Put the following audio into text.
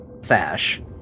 sash